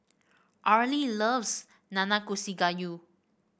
Arley loves Nanakusa Gayu